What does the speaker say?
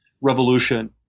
revolution